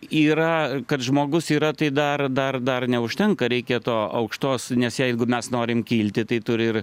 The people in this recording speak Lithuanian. yra kad žmogus yra tai dar dar dar neužtenka reikia to aukštos nes jeigu mes norim kilti tai turi ir